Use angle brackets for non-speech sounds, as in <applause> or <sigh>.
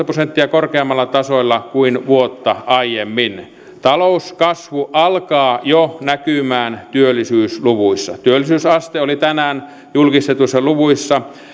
<unintelligible> prosenttia korkeammalla tasolla kuin vuotta aiemmin talouskasvu alkaa jo näkymään työllisyysluvuissa työllisyysaste oli tänään julkistetuissa luvuissa